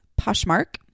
Poshmark